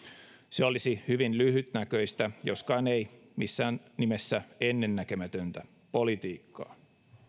se olisi hyvin lyhytnäköistä joskaan ei missään nimessä ennennäkemätöntä politiikkaa